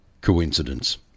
coincidence